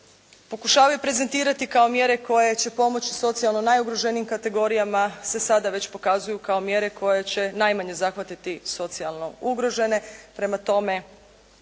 pokušavaju prezentirati kao mjere koje će pomoći socijalno najugroženijim kategorijama se sada već pokazuju kao mjere koje će najmanje zahvatiti socijalno ugrožene,